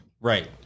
Right